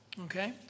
okay